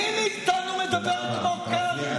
מי מאיתנו מדבר כמו קרעי,